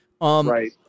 right